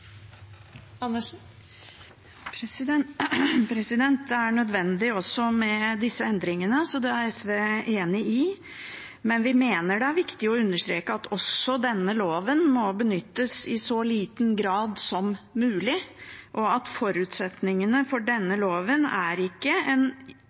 SV enig i, men vi mener det er viktig å understreke at også denne loven må benyttes i så liten grad som mulig. Forutsetningene for loven er ikke en hjemmel for